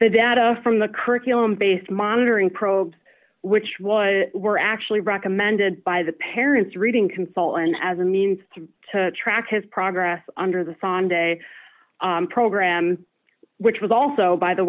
the data from the curriculum based monitoring probes which was were actually recommended by the parents reading consultant as a means to track his progress under the sunday program which was also by the